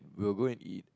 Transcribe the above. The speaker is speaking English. will go and eat